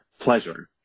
pleasure